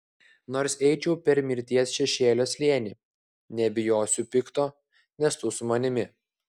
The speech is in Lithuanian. nors eičiau per mirties šešėlio slėnį nebijosiu pikto nes tu su manimi